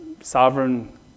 sovereign